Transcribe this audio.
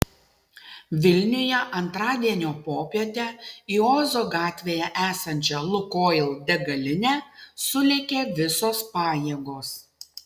vilniuje antradienio popietę į ozo gatvėje esančią lukoil degalinę sulėkė visos pajėgos